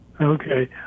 Okay